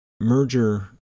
merger